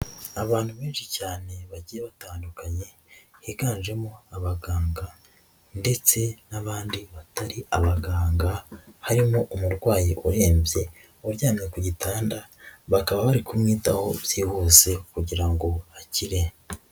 Abantu benshi cyane bagiye batandukanye, biganjemo abaganga ndetse n'abandi batari abaganga, harimo umurwayi warembye wajyanywe ku gitanda bakaba bari kumwitaho byihuse kugira ngo akire.